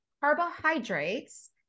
carbohydrates